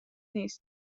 نیست